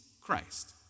Christ